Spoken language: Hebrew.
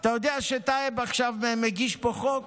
אתה יודע שטייב עכשיו מגיש פה חוק?